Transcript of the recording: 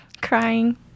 Crying